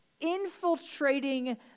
infiltrating